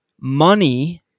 Money